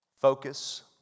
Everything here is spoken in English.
focus